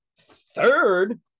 Third